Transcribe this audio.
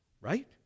right